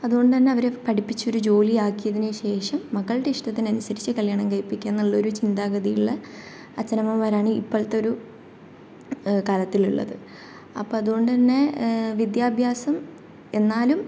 അതുകൊണ്ടുതന്നെ അവരെ പഠിപ്പിച്ച് ഒരു ജോലി ആക്കിയതിന് ശേഷം മകളുടെ ഇഷ്ടത്തിനനുസരിച്ച് കല്യാണം കഴിപ്പിക്കുക എന്നുള്ള ഒരു ചിന്താഗതിയുള്ള അച്ഛനമ്മമാരാണ് ഇപ്പോളത്തെ ഒരു കാലത്തിലുള്ളത് അപ്പം അതുകൊണ്ടുതന്നെ വിദ്യാഭ്യാസം എന്നാലും